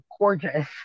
gorgeous